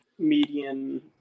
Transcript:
median